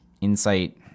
Insight